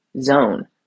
zone